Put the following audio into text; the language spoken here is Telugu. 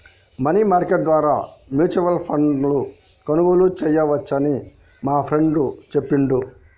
మనీ మార్కెట్ ద్వారా మ్యూచువల్ ఫండ్ను కొనుగోలు చేయవచ్చని మా ఫ్రెండు చెప్పిండు